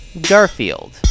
Garfield